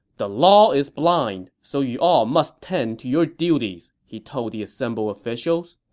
the law is blind, so you all must tend to your duties, he told the assembled officials.